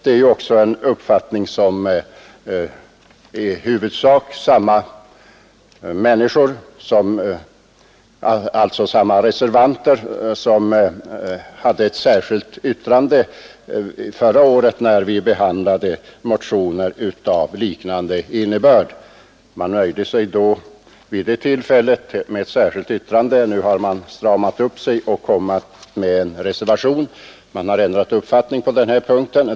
Detta är också en uppfattning som i huvudsak samma personer som nu är reservanter gav uttryck åt i ett särskilt yttrande förra året, när vi behandlade motioner av liknande innebörd. Man nöjde sig alltså vid det tillfället med ett särskilt yttrande. Nu har man stramat upp sig och avgivit en reservation. Man har ändrat uppfattning på den här punkten.